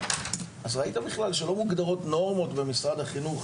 אז ראית שלא מוגדרות נורמות במשרד החינוך,